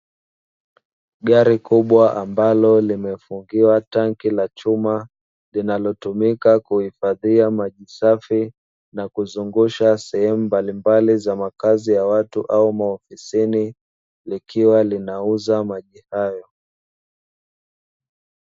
Gari Kubwa ambalo limefungiwa tanki la chuma linalotumika Kuhfadhia maji safi na kuzungusha sehemu mbalimbali za makazi ya watu au maofisini likiwa linauza maji hayo.